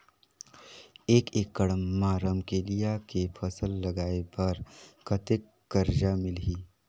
एक एकड़ मा रमकेलिया के फसल लगाय बार कतेक कर्जा मिलही?